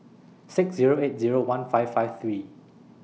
six Zero eight Zero one five five three